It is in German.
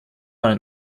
ein